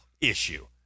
issue